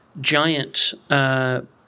giant